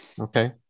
Okay